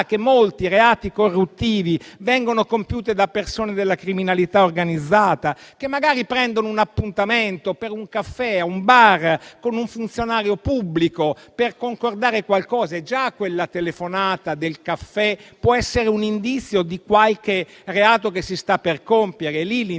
che molti reati corruttivi vengono compiuti da persone della criminalità organizzata che magari prendono un appuntamento, per un caffè in un bar, con un funzionario pubblico per concordare qualcosa e già quella telefonata può essere un indizio di qualche reato che si sta per compiere. E lì l'intercettazione